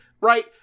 right